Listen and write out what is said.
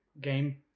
game